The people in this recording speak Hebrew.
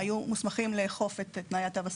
כן.